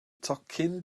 tocyn